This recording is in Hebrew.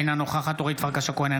אינה נוכחת אורית פרקש הכהן,